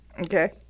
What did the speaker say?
okay